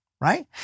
right